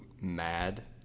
mad